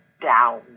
down